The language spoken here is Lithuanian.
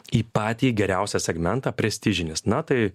į patį geriausią segmentą prestižinis na tai